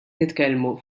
nitkellmu